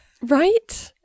Right